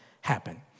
happen